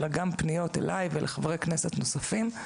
היו פניות אליי ולחברי כנסת נוספים,